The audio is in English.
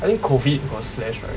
I think COVID got slash right